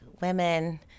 women